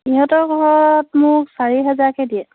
ইহঁতৰ ঘৰত মোক চাৰি হেজাৰকে দিয়ে